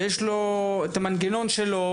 ויש לו את המנגנון שלו,